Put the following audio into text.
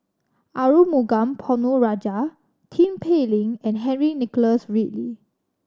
Arumugam Ponnu Rajah Tin Pei Ling and Henry Nicholas Ridley